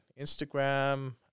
instagram